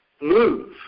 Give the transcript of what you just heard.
move